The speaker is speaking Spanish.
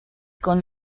con